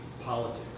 politics